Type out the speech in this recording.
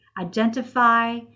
identify